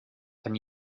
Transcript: can